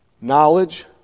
knowledge